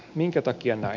minkä takia näin